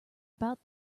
about